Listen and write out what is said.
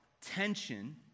tension